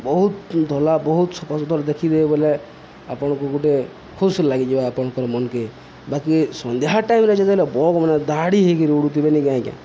ବହୁତ ଧଳା ବହୁତ ସଫା ସୁତର ଦେଖିଦେ ବଲେ ଆପଣଙ୍କୁ ଗୋଟେ ଖୁସି ଲାଗିଯିବ ଆପଣଙ୍କର ମନ୍କେ ବାକି ସନ୍ଧ୍ୟା ଟାଇମ୍ରେ ଯେତେ ହେଲେ ବଗ ମାନେ ଧାଡ଼ି ହେଇକି ରଡ଼ୁଥିବେନି କି ଆଜ୍ଞା